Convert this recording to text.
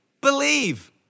Believe